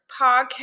podcast